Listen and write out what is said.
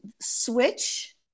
switch